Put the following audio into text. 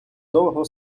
довго